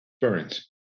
Experience